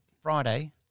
Friday